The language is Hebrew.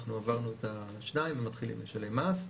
אנחנו עברו את השניים ומתחילים לשלם מס,